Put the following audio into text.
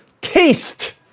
taste